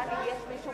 האם יש מישהו